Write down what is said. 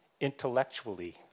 intellectually